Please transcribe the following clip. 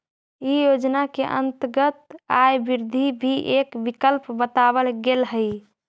इ योजना के अंतर्गत आय वृद्धि भी एक विकल्प बतावल गेल हई